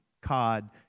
cod